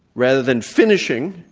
rather than finishing,